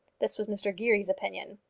this was mr geary's opinion.